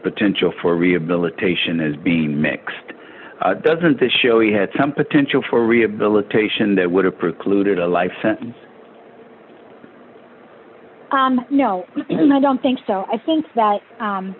potential for rehabilitation is being mixed doesn't that show he had some potential for rehabilitation that would have precluded a life sentence no i don't think so i think